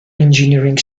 engineering